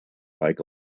bike